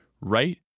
right